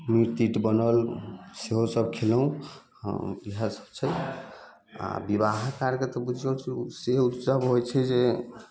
meat तीट बनल सेहो सब खयलहुँ आओर इएह सब छै आ बिबाहके कार्यके से उत्सब होइत छै जे